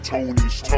Tony's